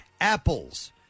apples